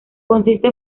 consiste